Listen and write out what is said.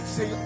Say